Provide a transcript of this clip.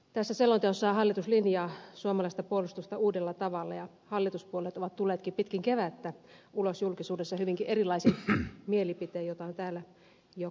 tässä selonteossahan hallitus linjaa suomalaista puolustusta uudella tavalla ja hallituspuolueet ovat tulleetkin pitkin kevättä ulos julkisuudessa hyvinkin erilaisin mielipitein joita on täällä jo kommentoitu